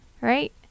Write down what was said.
right